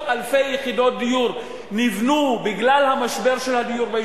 בגלל משבר הדיור עשרות אלפי יחידות דיור